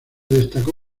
destacó